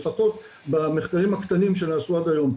לפחות במחקרים הקטנים שנעשו עד היום.